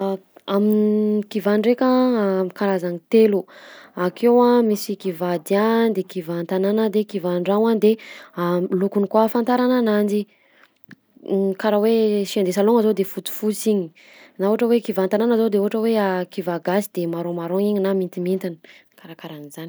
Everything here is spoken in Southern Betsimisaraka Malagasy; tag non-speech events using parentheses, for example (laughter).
A- amin'kivà ndraika amy karazany telo: akeo a misy kivàdia de kivà an-tanàna de kivà an-dragno a; de (hesitation) lokony koa ahafantarana ananjy, (hesitation) karaha hoe chien de salon-gna zao de fotifosy igny, na ohatra hoe kivà an-tanàna zao de ohatra hoe (hesitation) kivà gasy de marron marron igny na mintimintina, karakarahan'zany.